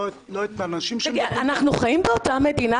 האנשים שמדברים כך --- אנחנו חיים באותה מדינה?